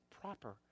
Proper